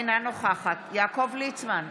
אינה נוכחת יעקב ליצמן,